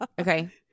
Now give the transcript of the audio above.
Okay